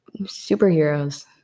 superheroes